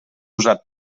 usat